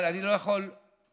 אבל אני לא יכול לדלג